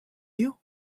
you